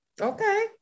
Okay